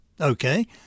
Okay